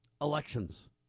elections